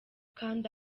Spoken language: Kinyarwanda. kanda